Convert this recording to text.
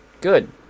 good